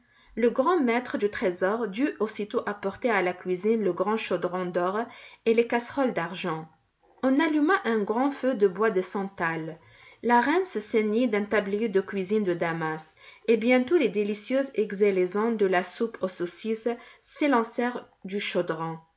le grand maître du trésor dut aussitôt apporter à la cuisine le grand chaudron d'or et les casseroles d'argent on alluma un grand feu de bois de santal la reine se ceignit d'un tablier de cuisine de damas et bientôt les délicieuses exhalaisons de la soupe aux saucisses s'élancèrent du chaudron